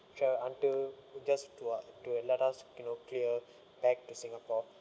travel until just to uh to let us you know clear back to singapore